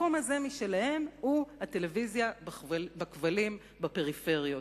המקום משלהם הזה הוא הטלוויזיה בכבלים בפריפריות.